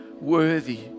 worthy